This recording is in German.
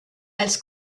als